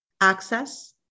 access